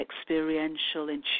experiential